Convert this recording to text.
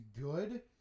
good